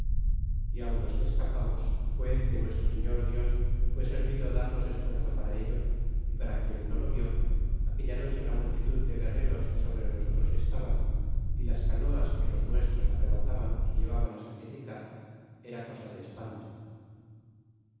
y aun los que escapamos fué que nuestro señor dios fué servido darnos esfuerzo para ello y para quien no lo vió aquella noche la multidud de guerreros que sobre nosotros estaban y las canoas que de los nuestros arrebataban y llevaban sacrificar era cosa de espanto